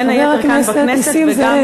חבר הכנסת נסים זאב.